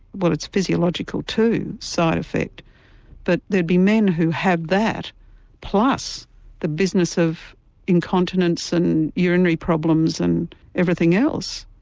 well it's physiological too, side effect but there'd be men who have that plus the business of incontinence and urinary problems and everything else.